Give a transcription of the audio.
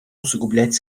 усугублять